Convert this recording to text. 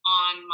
on